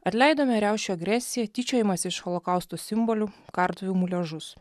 atleidome riaušių agresiją tyčiojimąsi iš holokausto simbolių kartuvių muliažus